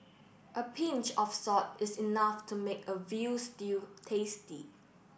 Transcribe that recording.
a pinch of salt is enough to make a veal stew tasty